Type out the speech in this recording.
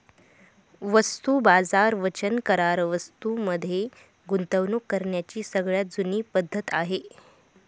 वस्तू बाजार वचन करार वस्तूं मध्ये गुंतवणूक करण्याची सगळ्यात जुनी पद्धत आहे